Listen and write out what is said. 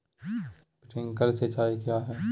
Sprinkler सिंचाई क्या है?